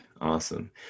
awesome